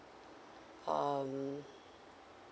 um